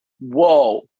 Whoa